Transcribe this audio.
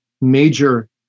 major